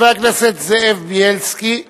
חבר הכנסת זאב בילסקי,